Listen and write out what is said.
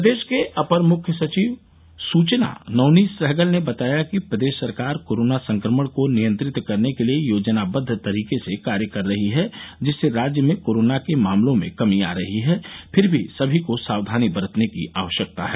प्रदेश के अपर मुख्य सचिव सूचना नवनीत सहगल ने बताया कि प्रदेश सरकार कोरोना संक्रमण को नियंत्रित करने के लिये योजनाबद्व तरीके से कार्य कर रही है जिससे राज्य में कोरोना के मामलों में कमी आ रही है फिर भी समी को सावधानी बरतने की आवश्यकता है